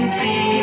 see